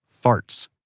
farts.